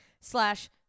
slash